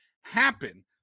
happen